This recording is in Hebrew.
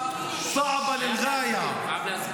הוא חייב להסביר.